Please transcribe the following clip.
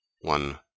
One